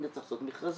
יהיה צריך לעשות מכרזים.